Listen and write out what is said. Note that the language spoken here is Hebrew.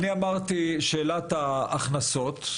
דיברתי על שאלת ההכנסות,